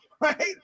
right